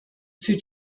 für